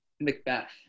Macbeth